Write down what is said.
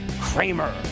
Kramer